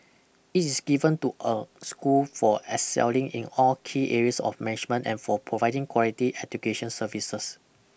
it is given to a school for excelling in all key areas of management and for providing quality education services